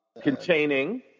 Containing